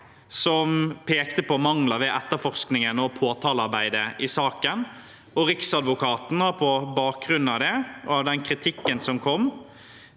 som pekte på mangler ved etterforskningen og påtalearbeidet i saken. Riksadvokaten gjennomfører på bakgrunn av den kritikken som kom